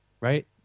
right